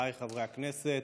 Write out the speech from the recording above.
חבריי חברי הכנסת,